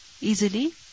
easily